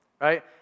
Right